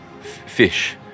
Fish